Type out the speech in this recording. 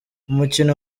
umukino